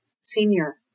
senior